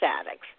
addicts